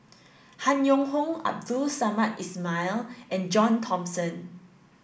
Han Yong Hong Abdul Samad Ismail and John Thomson